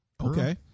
okay